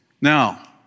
Now